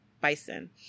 Bison